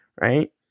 right